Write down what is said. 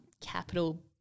capital